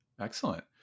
Excellent